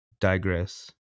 digress